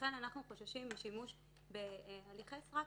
לכן אנחנו חוששים לשימוש בהליכי סרק.